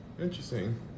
Interesting